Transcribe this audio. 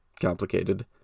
complicated